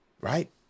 right